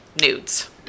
nudes